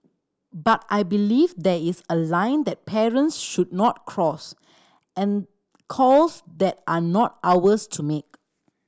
but I believe there is a line that parents should not cross and calls that are not ours to make